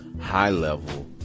high-level